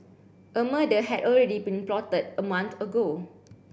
a murder had already been plotted a month ago